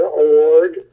award